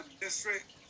district